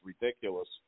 ridiculous